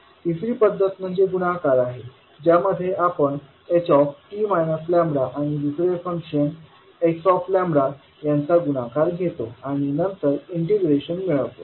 तिसरी पद्धत म्हणजे गुणाकार आहे ज्यामध्ये आपण ht λ आणि दुसरे फंक्शन x यांचा गुणाकार घेतो आणि नंतर इंटिग्रेशन मिळवतो